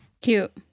Cute